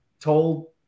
told